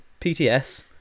PTS